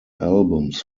albums